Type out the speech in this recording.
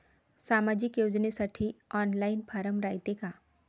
सामाजिक योजनेसाठी online form रायते का?